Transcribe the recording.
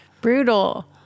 Brutal